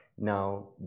Now